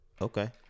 Okay